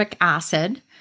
acid